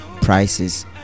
prices